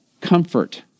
comfort